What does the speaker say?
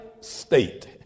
state